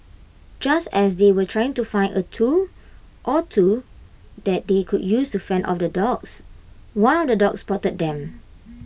just as they were trying to find A tool or two that they could use to fend off the dogs one of the dogs spotted them